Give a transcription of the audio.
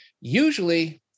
usually